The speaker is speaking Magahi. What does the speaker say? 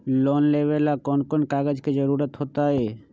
लोन लेवेला कौन कौन कागज के जरूरत होतई?